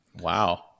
Wow